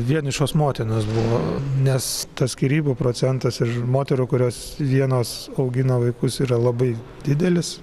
vienišos motinos buvo nes tas skyrybų procentas ir moterų kurios vienos augina vaikus yra labai didelis